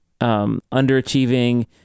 underachieving